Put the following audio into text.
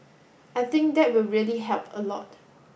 I think that will really help a lot